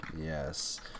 Yes